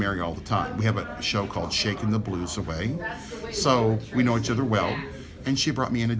mary all the time we have a show called shaken the blues away so we know each other well and she brought me